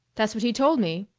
that's what he told me.